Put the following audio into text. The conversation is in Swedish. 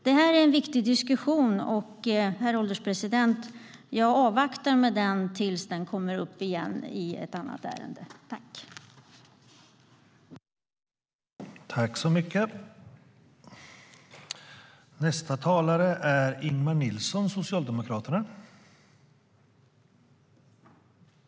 Det här är en viktig diskussion, men jag avvaktar med den tills den kommer upp i ett annat ärende.